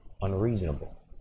unreasonable